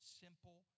simple